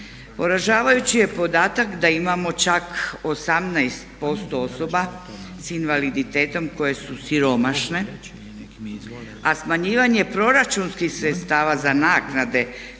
Poražavajući je podatak da imamo čak 18% osoba sa invaliditetom koje su siromašne, a smanjivanje proračunskih sredstava za naknade koje